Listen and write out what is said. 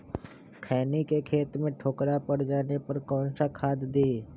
खैनी के खेत में ठोकरा पर जाने पर कौन सा खाद दी?